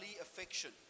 affection